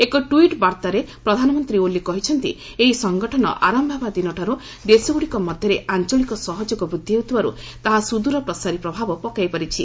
ଏକ ଟ୍ୱିଟ୍ ବାର୍ଭାରେ ପ୍ରଧାନମନ୍ତ୍ରୀ ଓଲି କହିଛନ୍ତି ଏହି ସଂଗଠନ ଆରମ୍ଭ ହେବା ଦିନଠାର୍ ଦେଶଗୁଡ଼ିକ ମଧ୍ୟରେ ଆଞ୍ଚଳିକ ସହଯୋଗ ବୃଦ୍ଧି ହେଉଥିବାରୁ ତାହା ସୁଦ୍ରରୁ ପ୍ରସାରି ପ୍ରଭାବ ପକାଇ ପାରିଛି